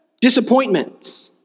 disappointments